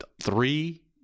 three